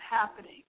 happening